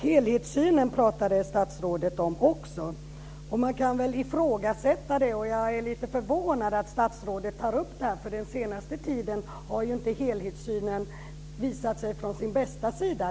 Helhetssynen pratade statsrådet också om. Man kan väl ifrågasätta den, och jag är lite förvånad över att statsrådet tar upp detta, för den senaste tiden har inte helhetssynen visat sig från sin bästa sida.